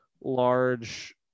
large